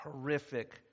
horrific